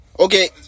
Okay